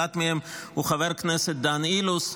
אחד מהם הוא חבר הכנסת דן אילוז,